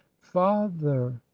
father